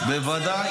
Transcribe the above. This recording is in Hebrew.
זה אי-אמון,